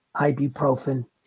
ibuprofen